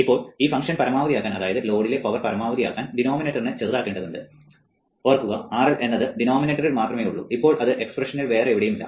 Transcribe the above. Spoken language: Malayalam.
ഇപ്പോൾ ഈ ഫംഗ്ഷൻ പരമാവധിയാക്കാൻ അതായത് ലോഡിലെ പവർ പരമാവധിയാക്കാൻ ഡിനോമിനേറ്ററിനെ ചെറുതാക്കേണ്ടതുണ്ട് ഓർക്കുക RL എന്നത് ഡിനോമിനേറ്ററിൽ മാത്രമേയുള്ളൂ ഇപ്പോൾ അത് എക്സ്പ്രഷനിൽ വേറെ എവിടെയുമില്ല